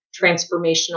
transformational